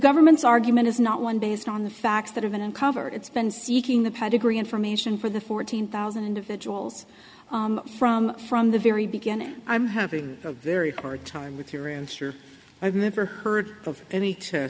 government's argument is not one based on the facts that have been uncovered it's been seeking the pedigree information for the fourteen thousand of the jewels from from the very beginning i'm having a very hard time with your answer i've never heard of any